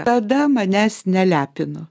kada manęs nelepino